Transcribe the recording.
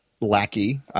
lackey